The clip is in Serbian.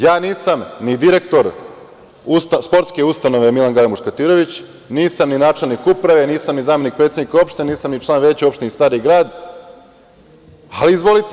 Ja nisam ni direktor Sportske ustanove Milan Gale Muškatirović, nisam ni načelnik uprave, nisam ni zamenik predsednika opštine, nisam ni član veća u opštini Stari grad, ali izvolite.